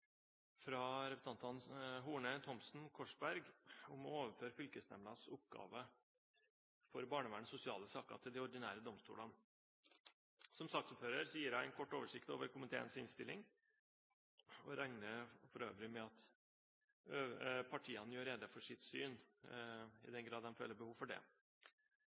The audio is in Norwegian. fra representantene Horne, Thomsen og Korsberg om å overføre fylkesnemndenes oppgaver for barnevern og sosiale saker til de ordinære domstolene. Som saksordfører gir jeg en kort oversikt over komiteens innstilling og regner for øvrig med at partiene gjør rede for sitt syn, i den grad de føler behov for det.